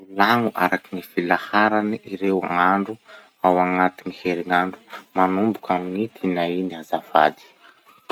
Volagno araky gny filaharany ireo andro ao ao agnaty ny herinandro, manomboky amy gny tinainy azafady.